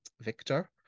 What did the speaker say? victor